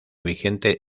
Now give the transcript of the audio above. vigente